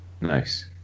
Nice